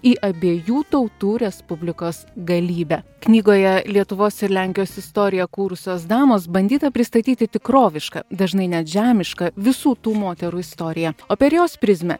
į abiejų tautų respublikos galybę knygoje lietuvos ir lenkijos istoriją kūrusios damos bandyta pristatyti tikrovišką dažnai net žemišką visų tų moterų istoriją o per jos prizmę